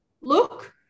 look